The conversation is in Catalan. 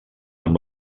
amb